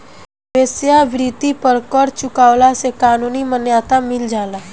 वेश्यावृत्ति पर कर चुकवला से कानूनी मान्यता मिल जाला